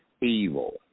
evil